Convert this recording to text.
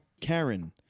Karen